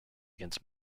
against